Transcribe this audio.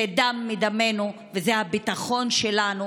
זה דם מדמנו וזה הביטחון שלנו,